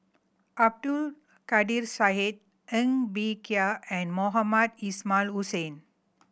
Abdul Kadir Syed Ng Bee Kia and Mohamed Ismail Hussain